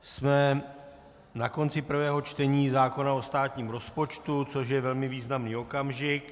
Jsme na konci prvého čtení zákona o státním rozpočtu, což je velmi významný okamžik.